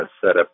setup